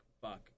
fuck